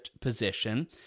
position